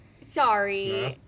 Sorry